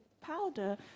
powder